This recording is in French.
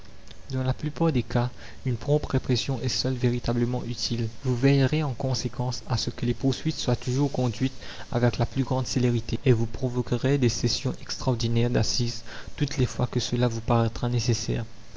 dans la plupart des cas une prompte répression est seule véritablement utile vous veillerez en conséquences à ce que les poursuites soient toujours conduites avec la plus grande célérité et vous provoquerez des sessions extraordinaires d'assises toutes les fois que cela vous paraîtra nécessaire